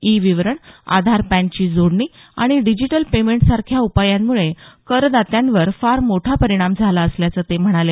इ विवरण आधार पॅनची जोडणी आणि डीजिटल पेमेंटसारख्या उपायांमुळे करदात्यांवर फार मोठा परिणाम झाला असल्याचं ते म्हणाले